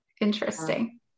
interesting